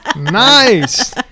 nice